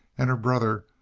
and her brother,